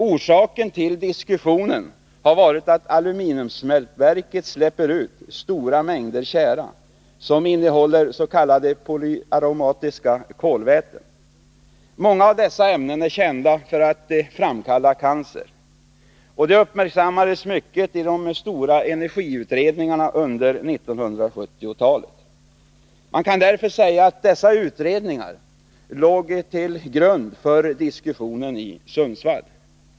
Orsaken till diskussionen har varit att aluminiumsmältverket släpper ut stora mängder tjära som innehåller s.k. polyaromatiska kolväten. Många av dessa ämnen är kända för att framkalla cancer. De uppmärksammades mycket i de stora energiutredningarna under 1970-talet. Man kan därför säga att dessa utredningar låg till grund för diskussionen i Sundsvall.